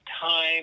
time